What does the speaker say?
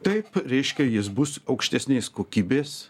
taip reiškia jis bus aukštesnės kokybės